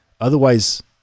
Otherwise